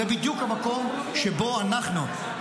זה בדיוק המקום שבו אנחנו,